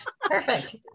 Perfect